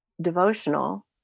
devotional